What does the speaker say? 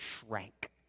shrank